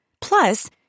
Plus